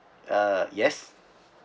uh yes